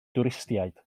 dwristiaid